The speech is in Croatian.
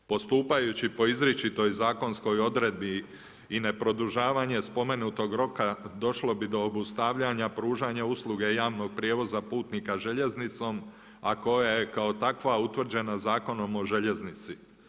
Postupajući po izričitoj zakonskoj odredbi i neprodužavanje spomenutog roka došlo bi do obustavljanja pružanja usluge javnog prijevoza putnika željeznicom, a koja je kao takva utvrđena Zakonom o željeznici.